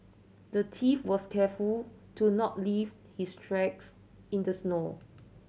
the thief was careful to not leave his tracks in the snow